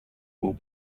will